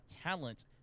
talent